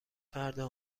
فردا